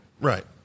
Right